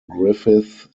griffith